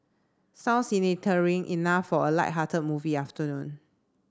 sounds enough for a lighthearted movie afternoon